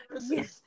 Yes